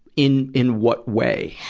in, in what way?